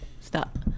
Stop